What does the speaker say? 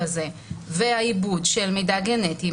והעיבוד של מידע גנטי,